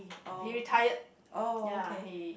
oh oh okay